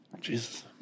Jesus